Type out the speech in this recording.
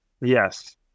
yes